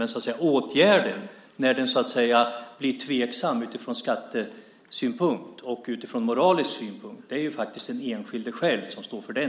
När åtgärden blir tveksam ur skattesynpunkt och ur moralisk synpunkt är det den enskilde som står för det.